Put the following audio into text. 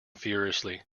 furiously